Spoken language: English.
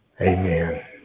Amen